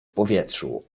powietrzu